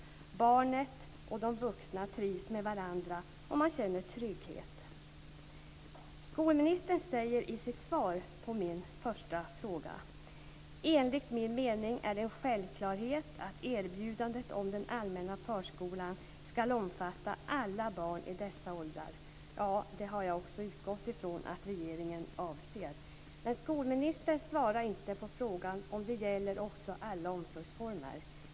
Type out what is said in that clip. Barnen och de vuxna trivs med varandra, och man känner trygghet. Skolministern säger i sitt svar på min första fråga: "Enligt min mening är det en självklarhet att erbjudandet om den allmänna förskolan ska omfatta alla barn i dessa åldrar." Ja, det har jag också utgått ifrån att regeringen anser. Men skolministern svarar inte på frågan om det gäller också alla omsorgsformer.